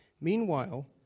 Meanwhile